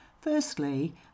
Firstly